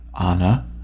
Anna